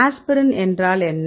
aspirin என்றால் என்ன